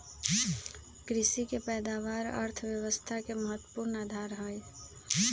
कृषि के पैदावार अर्थव्यवस्था के महत्वपूर्ण आधार हई